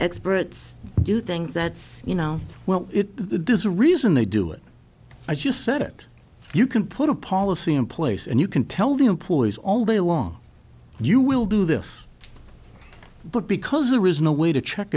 experts do things that's you know well it does a reason they do it i just said it you can put a policy in place and you can tell the employees all day long you will do this but because there was no way to check